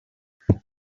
have